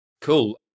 Cool